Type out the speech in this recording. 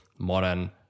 Modern